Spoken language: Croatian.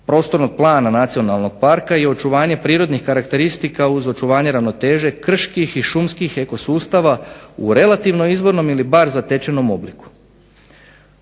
prostornog plana nacionalnog parka je očuvanje prirodnih karakteristika uz očuvanje ravnoteže krških i šumskih eko sustava u relativno izvornom ili bar zatečenom obliku.